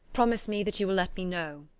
promise me that you will let me know.